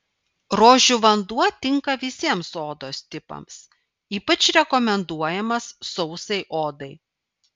rožių vanduo tinka visiems odos tipams ypač rekomenduojamas sausai odai